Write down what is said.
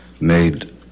made